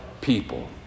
people